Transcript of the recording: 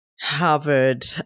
Harvard